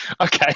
okay